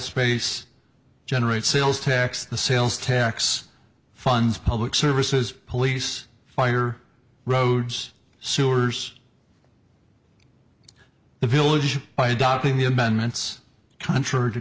space generate sales tax the sales tax funds public services police fire roads sewers the village by dotting the amendments contrary to